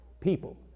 people